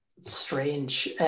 strange